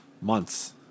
months